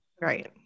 Right